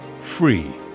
free